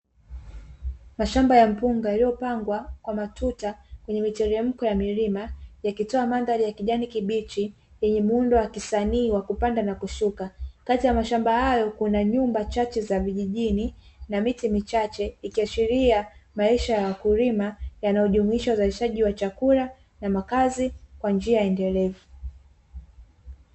Mashamba ya mpunga yaliyopangwa kwa matuta, yenye miteremko ya milima, yakitoa mandhari ya kijani kibichi, yenye muundo wa kisanii wa kupanda na kushuka, kati ya mashamba hayo kuna nyumba chache za vijijini na miti michache, ikiashiria maisha ya wakulima yanayojumuisha uzalishaji wa chakula na makazi kwa njia endelevu.